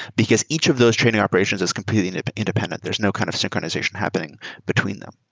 because each of those training operations is completely and but independent. there's no kind of synchronization happening between them.